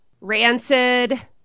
rancid